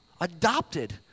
adopted